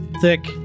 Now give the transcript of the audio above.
thick